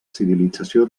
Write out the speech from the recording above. civilització